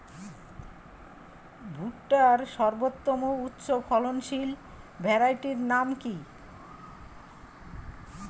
ভুট্টার সর্বোত্তম উচ্চফলনশীল ভ্যারাইটির নাম কি?